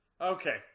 Okay